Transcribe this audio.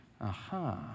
Aha